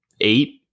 eight